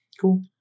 Cool